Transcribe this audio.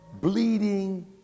bleeding